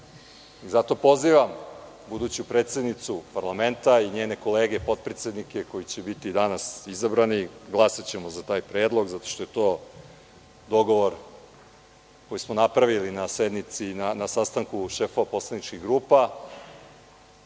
i zato pozivam buduću predsednicu parlamenta i njene kolege potpredsednike koji će biti danas izabrani, glasaćemo za taj predlog, zato što je to dogovor koji smo napravili na sastanku šefova poslaničkih grupa,